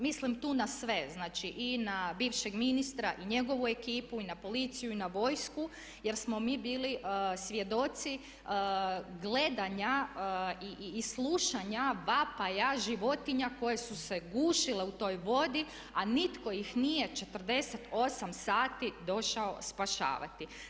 Mislim tu na sve, znači i na bivšeg ministra i njegovu ekipu i na policiju i na vojsku jer smo mi bili svjedoci gledanja i slušanja vapaja životinja koje su se gušile u toj vodi, a nitko ih nije 48 sati došao spašavati.